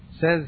says